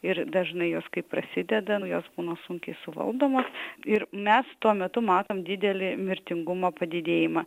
ir dažnai jos kai prasideda nu jos būna sunkiai suvaldomos ir mes tuo metu matom didelį mirtingumo padidėjimą